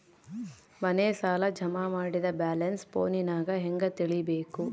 ಮನೆ ಸಾಲ ಜಮಾ ಮಾಡಿದ ಬ್ಯಾಲೆನ್ಸ್ ಫೋನಿನಾಗ ಹೆಂಗ ತಿಳೇಬೇಕು?